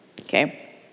Okay